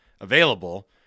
available